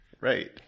right